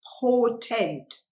potent